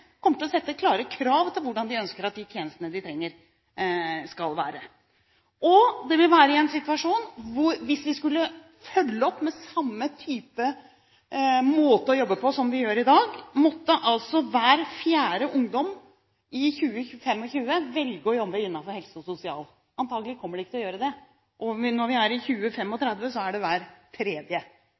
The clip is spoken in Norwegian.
kommer til å sette klare krav til hvordan de ønsker at de tjenestene de trenger, skal være. Hvis vi skulle følge opp med samme type måte å jobbe på som vi gjør i dag, måtte hver fjerde ungdom på 20–25 år velge å jobbe innenfor helse- og sosialsektoren. Antakelig kommer de ikke til å gjøre det. Når vi kommer til 2035, er det hver tredje,